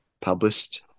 published